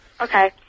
Okay